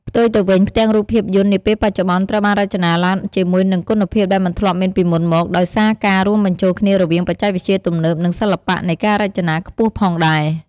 ផ្ទុយទៅវិញ ផ្ទាំងរូបភាពយន្តនាពេលបច្ចុប្បន្នត្រូវបានរចនាឡើងជាមួយនឹងគុណភាពដែលមិនធ្លាប់មានពីមុនមក ដោយសារការរួមបញ្ចូលគ្នារវាងបច្ចេកវិទ្យាទំនើប និងសិល្បៈនៃការរចនាខ្ពស់ផងដែរ ។